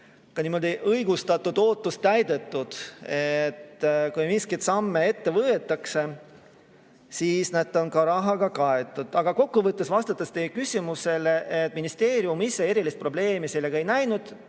täidetud õigustatud ootus, et kui mingeid samme ette võetakse, siis on need ka rahaga kaetud. Aga kokku võttes, vastates teie küsimusele, ministeerium ise erilist probleemi selles ei näinud